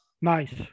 nice